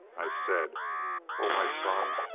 i said oh my son!